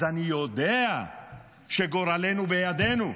אז אני יודע שגורלנו בידינו,